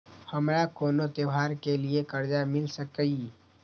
हमारा कोनो त्योहार के लिए कर्जा मिल सकीये?